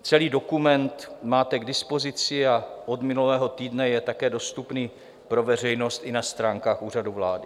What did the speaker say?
Celý dokument máte k dispozici a od minulého týdne je také dostupný pro veřejnost i na stránkách Úřadu vlády.